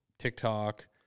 TikTok